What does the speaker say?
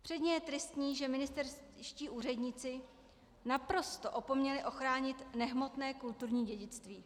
Předně je tristní, že ministerští úředníci naprosto opomněli ochránit nehmotné kulturní dědictví.